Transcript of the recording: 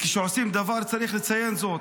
כשעושים דבר, צריך לציין זאת.